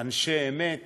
אנשי אמת